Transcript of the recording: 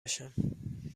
بشم